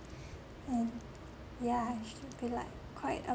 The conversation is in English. and yeah should be like quite